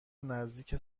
نزدیک